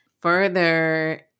further